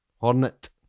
Hornet